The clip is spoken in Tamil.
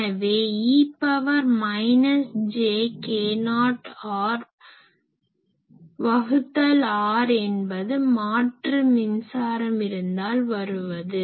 எனவே e power minus jk0 r வகுத்தல் r என்பது மாற்று மின்சாரம் இருந்தால் வருவது